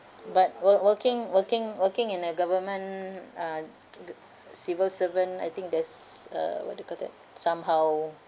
but work~ working working working in the government uh civil servant I think there's uh what do you call that somehow